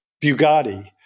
Bugatti